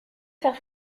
faire